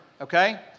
Okay